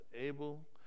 able